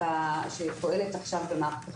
שפועלת עכשיו במערכת החינוך.